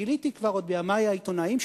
גיליתי כבר בימי העיתונאיים,